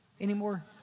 anymore